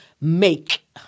Make